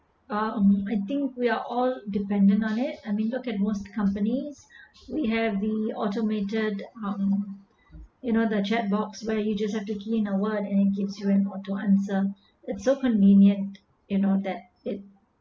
uh um I think we are all dependent on it and we look at most companies we have the automated um you know the chat box where you just have to clean the word and keeps answer it's so convenient you know that it